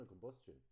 combustion